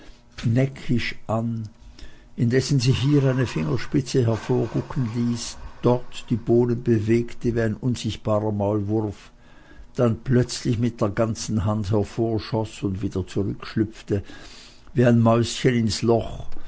neckisch an indessen sie hier eine fingerspitze hervorgucken ließ dort die bohnen bewegte wie ein unsichtbarer maulwurf dann plötzlich mit der ganzen hand hervorschoß und wieder zurückschlüpfte wie ein mäuschen ins loch